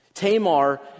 Tamar